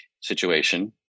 situation